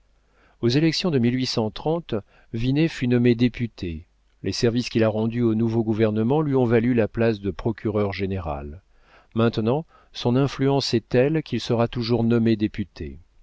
aux élections de in fut nommé député les services qu'il a rendus au nouveau gouvernement lui ont valu la place de procureur-général maintenant son influence est telle qu'il sera toujours nommé député